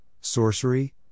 sorcery